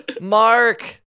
Mark